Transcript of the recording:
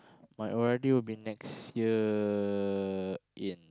my O_R_D would be next year in